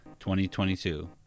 2022